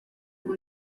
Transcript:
ubu